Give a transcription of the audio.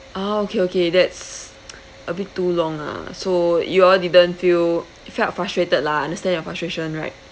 ah okay okay that's a bit too long lah so you all didn't feel felt frustrated lah I understand your frustration right